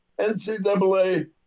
NCAA